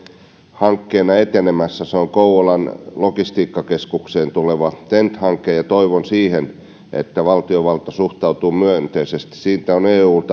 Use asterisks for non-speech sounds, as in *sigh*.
hankkeena etenemässä se on kouvolan logistiikkakeskukseen tuleva ten t hanke ja ja toivon että valtiovalta suhtautuu siihen myönteisesti siitä on eulle *unintelligible*